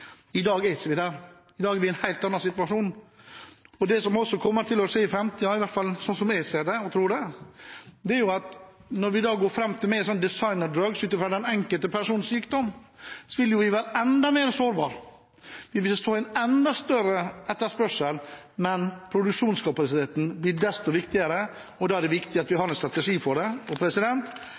dag er vi i en helt annen situasjon. Det som også kommer til å skje i framtiden – iallfall sånn jeg ser det og tror – er at når vi da går fram med sånne «designer drugs» ut fra den enkelte persons sykdom, vil vi være enda mer sårbare. Vi vil få en enda større etterspørsel, og produksjonskapasiteten blir desto viktigere. Da er det viktig at vi har en strategi for det.